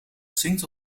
zingt